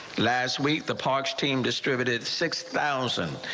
last week the hawks team distributed six thousand.